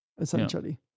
essentially